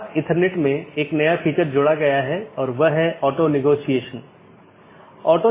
BGP version 4 में बड़ा सुधार है कि यह CIDR और मार्ग एकत्रीकरण को सपोर्ट करता है